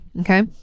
Okay